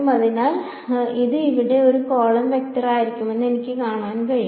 അതിനാൽ ഇത് ഇവിടെ ഒരു കോളം വെക്ടറായിരിക്കുമെന്ന് എനിക്ക് കാണാൻ കഴിയും